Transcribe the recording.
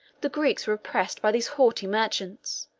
the greeks were oppressed by these haughty merchants,